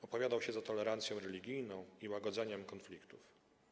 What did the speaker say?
Opowiadał się za tolerancją religijną i łagodzeniem konfliktów.